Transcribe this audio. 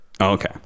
okay